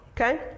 okay